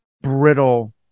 brittle